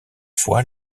fois